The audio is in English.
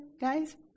guys